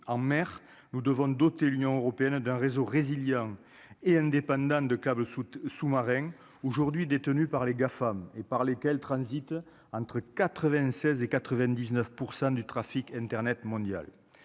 en mer, nous devons doter l'Union européenne d'un réseau brésilien et elle ne dépendant de câbles sous-sous-marins, aujourd'hui détenu par les Gafam et par lesquels transitent entre 96 et 99 % du trafic Internet mondial